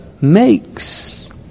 makes